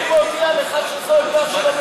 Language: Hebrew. אני מודיע לך שזו העמדה של הממשלה.